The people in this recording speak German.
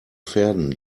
pferden